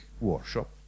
workshop